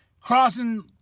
crossing